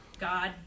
God